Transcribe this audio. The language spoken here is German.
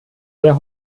der